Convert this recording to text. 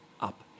up